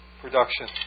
production